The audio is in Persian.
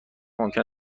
ممکن